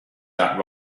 that